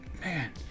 Man